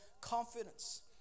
confidence